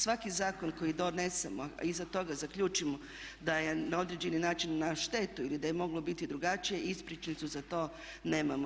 Svaki zakon koji donesemo a iza toga zaključimo da je na određeni način na štetu ili da je moglo biti drugačije ispričnicu za to nemamo.